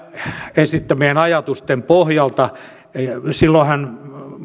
esittämien ajatusten pohjalta silloinhan